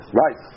right